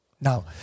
Now